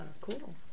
cool